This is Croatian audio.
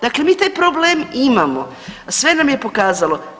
Dakle, mi taj problem imamo sve nam je pokazalo.